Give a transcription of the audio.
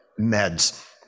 meds